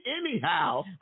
anyhow